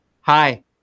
Hi